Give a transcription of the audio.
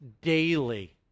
daily